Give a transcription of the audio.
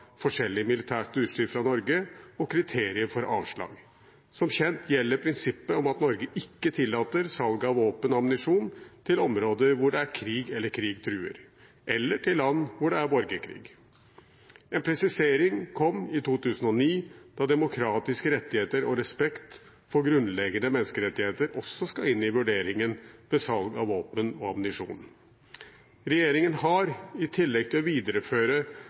militært utstyr fra Norge, og kriterier for avslag. Som kjent gjelder prinsippet om at Norge ikke tillater salg av våpen og ammunisjon til områder hvor det er krig eller krig truer, eller til land hvor det er borgerkrig. En presisering kom i 2009, da demokratiske rettigheter og respekt for grunnleggende menneskerettigheter også skal inn i vurderingen ved salg av våpen og ammunisjon. Regjeringen har, i tillegg til å videreføre